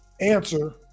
answer